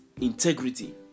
integrity